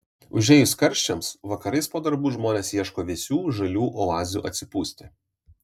užėjus karščiams vakarais po darbų žmonės ieško vėsių žalių oazių atsipūsti